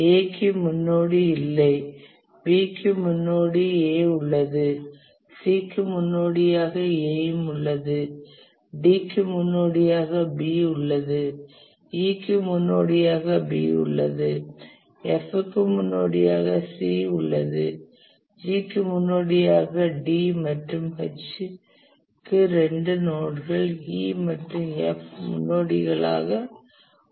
A க்கு முன்னோடி இல்லை B க்கு முன்னோடி A உள்ளது C க்கு முன்னோடியாக A யும் உள்ளது D க்கு முன்னோடியாக B உள்ளது E க்கு முன்னோடியாக B உள்ளது F க்கு முன்னோடியாக C உள்ளது G க்கு முன்னோடியாக D மற்றும் H க்கு இரண்டு நோட்கள் E மற்றும் F முன்னோடிகளாக உள்ளன